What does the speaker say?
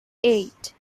eight